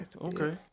okay